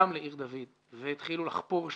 גם לעיר דוד, והתחילו לחפור שם,